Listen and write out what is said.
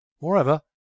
Moreover